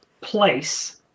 place